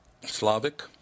Slavic